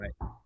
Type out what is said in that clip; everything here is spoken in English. Right